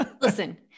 Listen